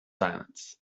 silence